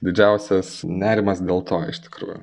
didžiausias nerimas dėl to iš tikrųjų